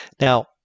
Now